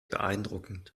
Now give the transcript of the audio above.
beeindruckend